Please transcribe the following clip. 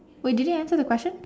wait did I answer question